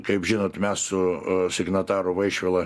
kaip žinot mes su signataru vaišvila